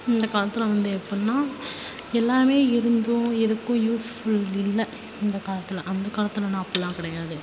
இந்த காலத்தில் வந்து எப்பட்னா எல்லாமே இருந்தும் எதுக்கும் யூஸ் ஃபுல் இல்லை இந்த காலத்தில் அந்த காலத்தில் ஆனால் அப்பட்லாம் கிடையாது